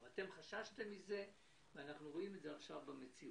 וזו הייתה המטרה של השר.